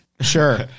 Sure